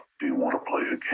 do you want to play a